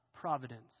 providence